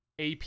AP